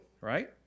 right